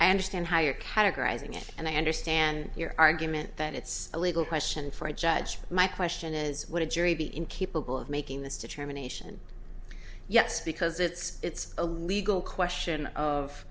i understand higher categorizing it and i understand your argument that it's a legal question for a judge but my question is what a jury be incapable of making this determination yes because it's a legal question of